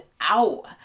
out